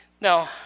No